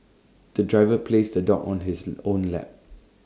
the driver placed the dog on his own lap